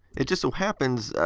it just so happens,